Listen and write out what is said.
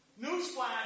Newsflash